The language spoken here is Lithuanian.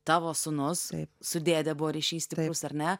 tavo sūnus su dėde buvo ryšys stiprus ar ne